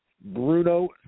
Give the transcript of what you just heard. Bruno